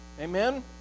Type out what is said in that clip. amen